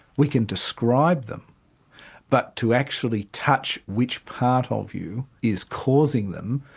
we can describe them but to actually touch which part of you is causing them,